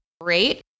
great